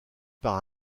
par